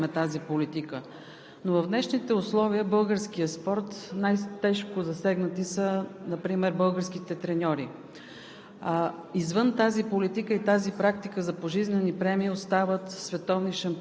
защото чух, че всеки един казва, че с така направените промени ние надграждаме тази политика. В днешните условия в българския спорт най-тежко засегнати са например българските треньори.